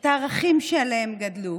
את הערכים שעליהם גדלו.